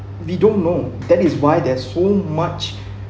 we don't know then is why there's so much